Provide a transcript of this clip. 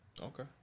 Okay